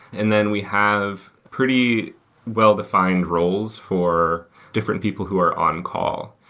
and then we have pretty well-defined roles for different people who are on call.